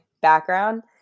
background